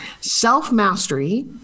Self-mastery